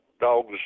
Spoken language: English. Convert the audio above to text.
dogs